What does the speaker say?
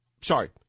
sorry